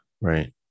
Right